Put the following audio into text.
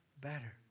better